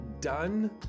done